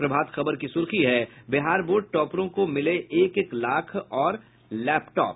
प्रभात खबर की सुर्खी है बिहार बोर्ड टॉपरों को मिले एक एक लाख और लैपटॉप